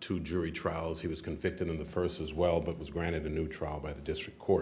two jury trials he was convicted in the first as well but was granted a new trial by the district court